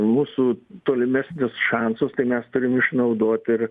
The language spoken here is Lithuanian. mūsų tolimesnius šansus tai nes turim išnaudot ir